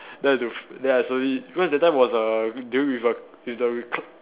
then I have to then I slowly because that time was uh during with the with the